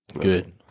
Good